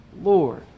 Lord